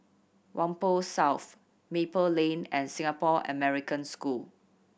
Whampoa South Maple Lane and Singapore American School